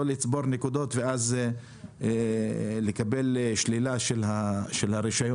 לצבור נקודות ואז לקבל שלילה של הרישיון.